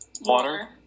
water